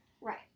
Right